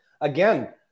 again